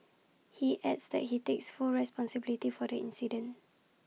he adds that he takes full responsibility for the incident